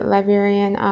Liberian